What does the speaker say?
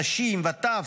נשים וטף,